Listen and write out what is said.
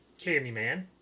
Candyman